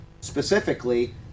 specifically